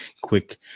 quick